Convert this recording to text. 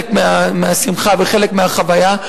חלק מהשמחה וחלק מהחוויה.